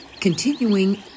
Continuing